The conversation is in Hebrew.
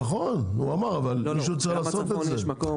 נכון הוא אמר, אבל מישהו צריך לעשות את זה,